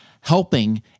helping